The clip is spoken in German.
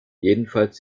jedenfalls